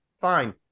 fine